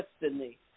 destiny